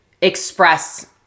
express